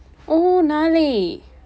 oh நாளை:naalai